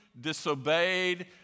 disobeyed